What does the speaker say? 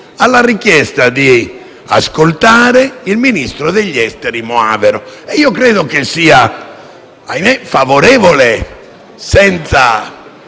alla richiesta di ascoltare il ministro degli affari esteri Moavero. E credo sia favorevole, senza